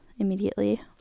Immediately